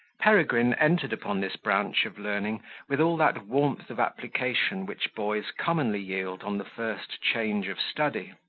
peregrine entered upon this branch of learning with all that warmth of application which boys commonly yield on the first change of study